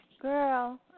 Girl